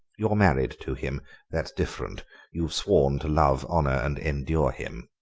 you're married to him that's different you've sworn to love, honour, and endure him